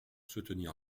soutenir